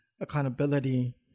accountability